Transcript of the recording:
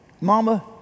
Mama